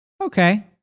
Okay